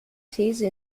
these